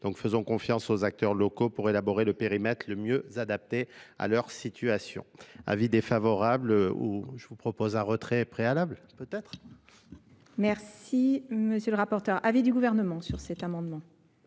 fusc confiance aux acteurs locaux pour élaborer le périmètre le mieux adapté à leur situation. Avis défavorable ou je vous propose un retrait préalable peut être Merci, M. le rapporteur, Avis du Gouvernement sur cet amendement.